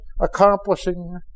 accomplishing